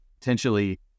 potentially